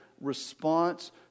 response